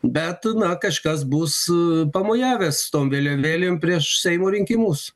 bet na kažkas bus pamojavęs tom vėliavėlėm prieš seimo rinkimus